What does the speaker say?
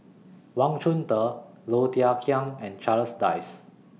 Wang Chunde Low Thia Khiang and Charles Dyce